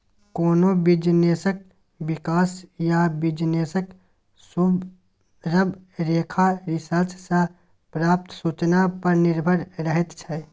कोनो बिजनेसक बिकास या बिजनेस सुधरब लेखा रिसर्च सँ प्राप्त सुचना पर निर्भर रहैत छै